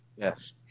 Yes